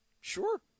sure